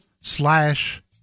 Slash